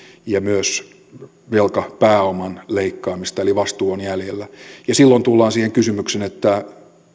ja myös velkapääoman leikkaamista eli vastuu on jäljellä silloin tullaan siihen kysymykseen että